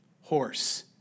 horse